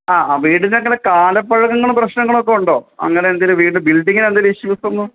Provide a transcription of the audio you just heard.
ആ വീടിന് അങ്ങനെ കാലപ്പഴക്കങ്ങളും പ്രശ്നങ്ങളും ഒക്കെ ഉണ്ടോ അങ്ങനെ എന്തെങ്കിലും വീടി ബിൽഡിങ്ങിന് എന്തെങ്കിലും ഇഷ്യൂസ് ഒന്നും